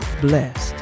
blessed